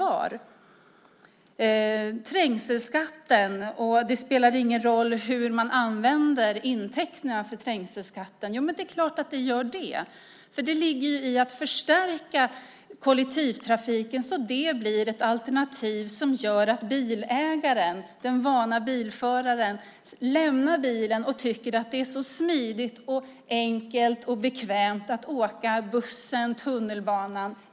Vad gäller trängselskatten och att det inte spelar någon roll hur man använder intäkterna för trängselskatten vill jag säga att det självklart spelar roll. Det handlar om att förstärka kollektivtrafiken så att den blir ett alternativ som gör att bilägaren, den vana bilföraren, låter bilen stå för att han eller hon tycker att det är smidigt, enkelt och bekvämt att i stället åka buss eller tunnelbana.